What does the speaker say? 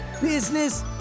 business